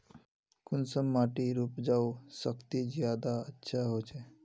कुंसम माटिर उपजाऊ शक्ति ज्यादा अच्छा होचए?